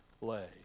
lay